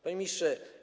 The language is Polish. Panie Ministrze!